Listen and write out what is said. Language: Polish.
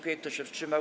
Kto się wstrzymał?